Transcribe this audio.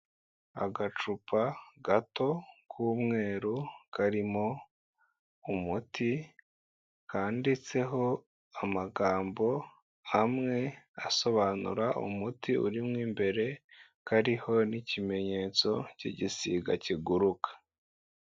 Agacupa gato k'umweru karimo umuti kanditseho amagambo amwe asobanura umuti uririmo imbere kariho n'ikimenyetso cy'igisiga kiguruka.